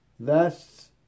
Thus